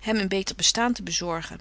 hem een beter bestaan te bezorgen